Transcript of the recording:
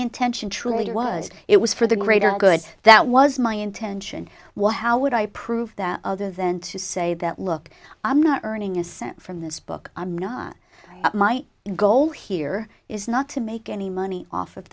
intention truly was it was for the greater good that was my intention what how would i prove that other than to say that look i'm not earning a cent from this book i'm not my goal here is not to make any money off of